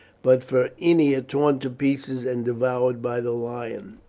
but for ennia torn to pieces and devoured by the lion.